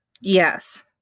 Yes